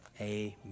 Amen